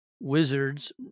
Wizards